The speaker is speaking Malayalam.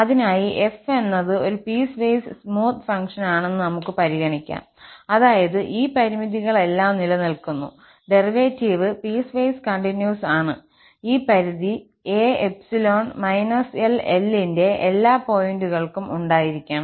അതിനായി f എന്നത് ഒരു പീസ്വൈസ് സ്മൂത്ത് ഫംഗ്ഷൻ ആണെന്ന് നമുക്ക് പരിഗണിക്കാം അതായത് ഈ പരിമിതികളെല്ലാം നിലനിൽക്കുന്നു ഡെറിവേറ്റീവ് പീസ്വൈസ് കണ്ടിന്യൂസ് ആണ് ഈ പരിധി a ∈ −L L ന്റെ എല്ലാ പോയിന്റുകൾക്കും ഉണ്ടായിരിക്കണം